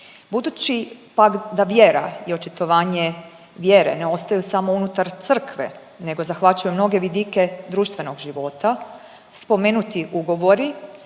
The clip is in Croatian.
Budući pak da vjera i očitovanje vjere ne ostaju samo unutar Crkve nego zahvaćaju mnoge vidike društvenog života, spomenuti ugovori